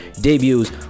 debuts